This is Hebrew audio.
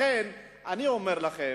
לכן, אני אומר לכם,